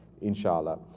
inshallah